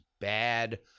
bad